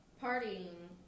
partying